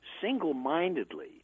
single-mindedly